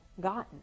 gotten